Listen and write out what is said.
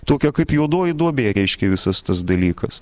tokia kaip juodoji duobė reiškia visas tas dalykas